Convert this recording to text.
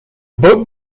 book